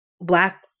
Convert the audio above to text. Black